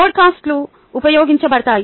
పాడ్కాస్ట్లు ఉపయోగించబడతాయి